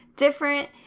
different